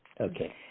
okay